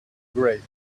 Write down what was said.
grate